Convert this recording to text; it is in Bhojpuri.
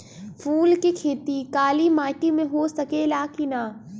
फूल के खेती काली माटी में हो सकेला की ना?